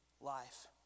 life